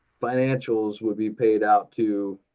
financials would be paid out to